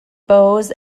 bowes